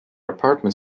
apartment